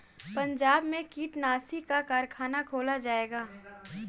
पंजाब में कीटनाशी का कारख़ाना खोला जाएगा